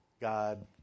God